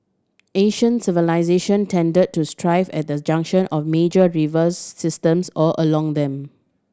ancient civilisation tend to thrive at the junction of major river systems or along them